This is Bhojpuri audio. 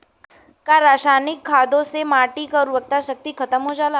का रसायनिक खादों से माटी क उर्वरा शक्ति खतम हो जाला?